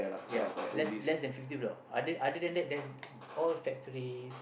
ya less less than fifty block other other than that all factories